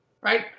right